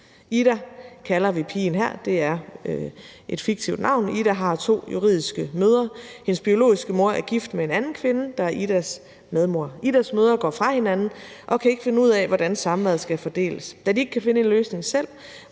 Ida kalder vi pigen her – det er et fiktivt navn – og Ida har to juridiske mødre. Hendes biologiske mor er gift med en anden kvinde, der er Idas medmor. Idas mødre går fra hinanden og kan ikke finde ud af, hvordan samværet skal fordeles. Da de ikke kan finde en løsning selv,